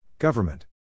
Government